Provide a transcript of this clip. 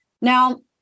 Now